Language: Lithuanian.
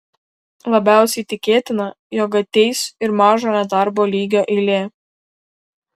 labiausiai tikėtina jog ateis ir mažo nedarbo lygio eilė